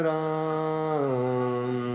Ram